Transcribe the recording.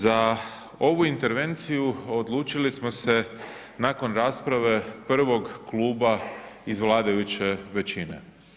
Za ovu intervenciju odlučili smo se nakon rasprave prvog kluba iz vladajuće većine.